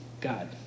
God